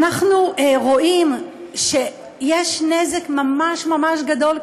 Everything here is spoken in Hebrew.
אנחנו רואים שיש נזק ממש ממש גדול,